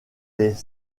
les